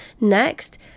next